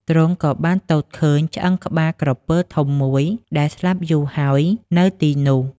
ទ្រង់ក៏បានទតឃើញឆ្អឹងក្បាលក្រពើធំមួយ ដែលស្លាប់យូរហើយនៅទីនោះ។